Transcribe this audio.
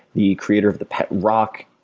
the creator of the pet rock.